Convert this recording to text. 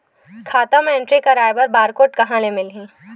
खाता म एंट्री कराय बर बार कोड कहां ले मिलही?